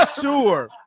sure